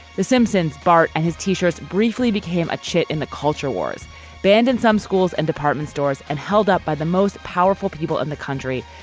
the simpsons bart and his t-shirts briefly became a chip in the culture wars banned in some schools and department stores and held up by the most powerful people in the country.